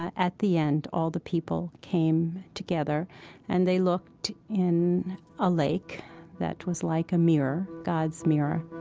at the end, all the people came together and they looked in a lake that was like a mirror, god's mirror